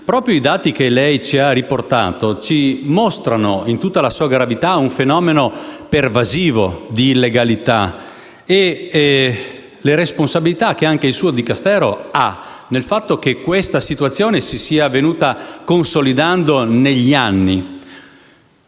proprio i dati che lei ha riferito mostrano in tutta la sua gravità un fenomeno pervasivo di illegalità e le responsabilità anche dal suo Dicastero per il fatto che questa situazione si sia venuta consolidando negli anni.